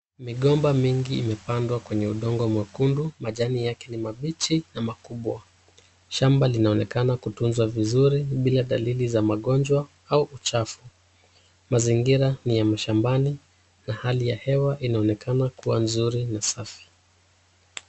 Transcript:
Migomba mingi imepandwa kwenye udongo mwekundu majani yake ni mabíchi ma makubwa, shamba linaonekana kutunzwa vizuri bila dalili za magonjwa au uchafu. Mazingira ni ya shambani na hali ya hewa inaonekana kuwa nzuri na safi.